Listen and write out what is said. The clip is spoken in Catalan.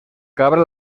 cabra